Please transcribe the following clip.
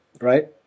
right